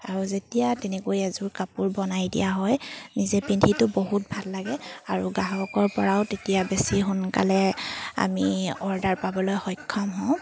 আৰু যেতিয়া তেনেকৈ এযোৰ কাপোৰ বনাই দিয়া হয় নিজে পিন্ধিটো বহুত ভাল লাগে আৰু গ্ৰাহকৰ পৰাও তেতিয়া বেছি সোনকালে আমি অৰ্ডাৰ পাবলৈ সক্ষম হওঁ